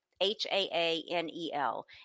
H-A-A-N-E-L